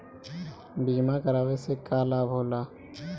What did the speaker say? बीमा करावे से का लाभ होला?